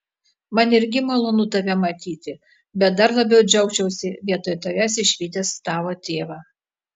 man irgi malonu tave matyti bet dar labiau džiaugčiausi vietoj tavęs išvydęs tavo tėvą